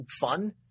fun